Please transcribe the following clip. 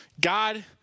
God